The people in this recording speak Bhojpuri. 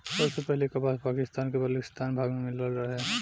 सबसे पहिले कपास पाकिस्तान के बलूचिस्तान भाग में मिलल रहे